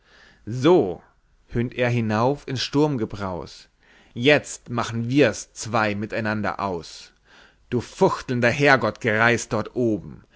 so höhnt er hinauf ins sturmgebraus jetzt machen's wir zwei mit einander aus du fuchtelnder herrgottgreis dort oben